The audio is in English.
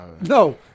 No